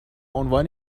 عنوان